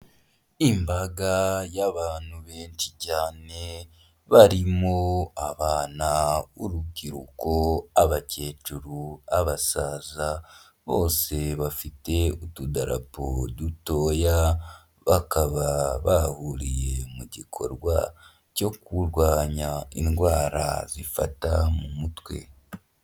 Imbaga y'abantu benshi cyane barimo abana, urubyiruko, abakecuru, abasaza bose bafite utudarapo dutoya, bakaba bahuriye mu gikorwa cyo kurwanya indwara zifata mu mutwe.